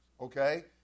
okay